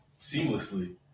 seamlessly